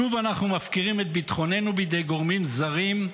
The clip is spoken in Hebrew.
שוב אנחנו מפקירים את ביטחוננו בידי גורמים זרים,